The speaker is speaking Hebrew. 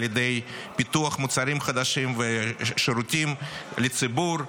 ידי פיתוח מוצרים חדשים ושירותים לציבור.